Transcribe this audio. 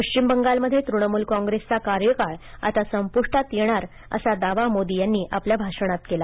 पश्चिम बंगालमध्ये तृणमुल काँग्रेसचा कार्यकाळ आता संपुष्टांत येणार असा दावा मोदी यांनी आपल्या भाषणांत व्यक्त केला